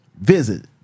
Visit